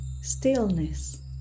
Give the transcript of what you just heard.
stillness